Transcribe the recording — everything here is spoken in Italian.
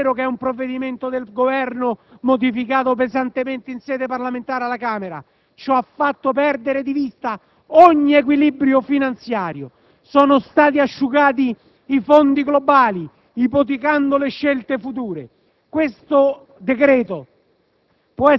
È vero che è un provvedimento del Governo modificato pesantemente in sede parlamentare alla Camera. Ciò ha fatto perdere di vista ogni equilibrio finanziario. Sono stati asciugati i fondi globali ipotecando le scelte future. Questo decreto